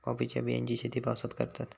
कॉफीच्या बियांची शेती पावसात करतत